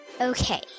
Okay